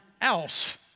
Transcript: else